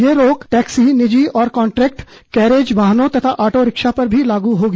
यह रोक टैक्सी निजी और कांट्रैक्ट कैरेज वाहनों तथा ऑटो रिक्शा पर भी लागू होगी